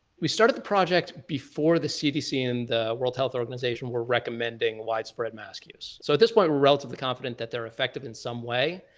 we started the project before the cdc and the world health organization were recommending widespread mask use. so at this point we're relatively confident that they're effective in some way.